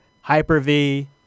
Hyper-V